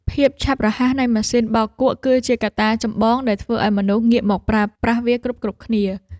ភាពឆាប់រហ័សនៃម៉ាស៊ីនបោកគក់ គឺជាកត្តាចម្បងដែលធ្វើឱ្យមនុស្សងាកមកប្រើប្រាស់វាគ្រប់ៗគ្នា។